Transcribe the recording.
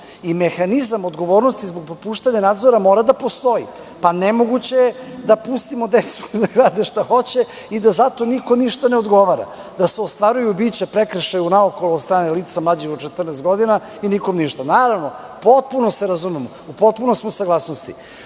i mehanizam odgovornosti zbog propuštanja nadzora mora da postoji. Nemoguće je da pustimo decu da rade šta hoće, i da zato niko ništa ne odgovara. Da se ostvaruju bića prekršaja unaokolo od strane lica mlađih od 14 godina, i nikom ništa. Naravno, potpuno se razumem, u potpunoj smo saglasnosti. Ono